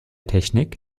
technik